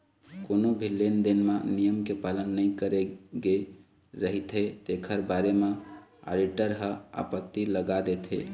कोनो भी लेन देन म नियम के पालन नइ करे गे रहिथे तेखर बारे म आडिटर ह आपत्ति लगा देथे